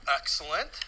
Excellent